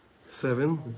Seven